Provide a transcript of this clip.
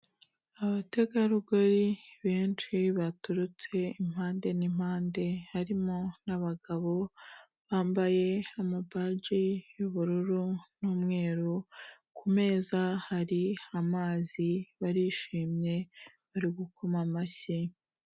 Abategarugori benshi baturutse impande n'impande, harimo n'abagabo bambaye amabaji y'ubururu n'umweru, ku meza hari amazi, barishimye bari gukoma amashyi.